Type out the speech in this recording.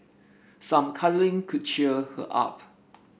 some cuddling could cheer her up